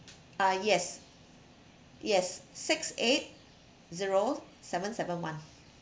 uh yes yes six eight zero seven seven one